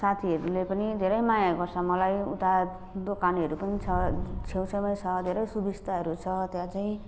साथीहरूले पनि धेरै माया गर्छ मलाई उता दोकानेहरू पनि छ छेउछेउमै छ धेरै सुविस्ताहरू छ त्यहाँ चाहिँ